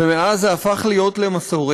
מאז זה הפך למסורת.